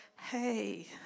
Hey